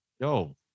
yo